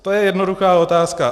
To je jednoduchá otázka.